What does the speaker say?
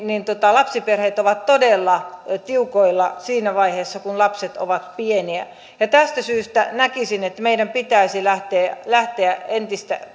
lapsiperheet ovat todella tiukoilla siinä vaiheessa kun lapset ovat pieniä tästä syystä näkisin että meidän pitäisi lähteä lähteä entistä